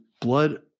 Blood